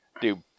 dude